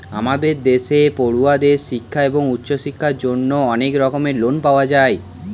আমাদের দেশে পড়ুয়াদের শিক্ষা এবং উচ্চশিক্ষার জন্য অনেক রকমের লোন পাওয়া যায়